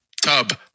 Tub